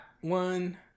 one